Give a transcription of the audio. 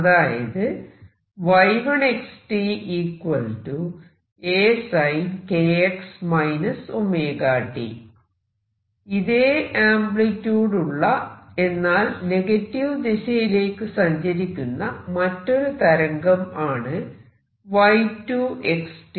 അതായത് ഇതേ ആംപ്ലിട്യൂഡ് ഉള്ള എന്നാൽ നെഗറ്റീവ് X ദിശയിലേയ്ക്കു സഞ്ചരിക്കുന്ന മറ്റൊരു തരംഗം ആണ് y2 xt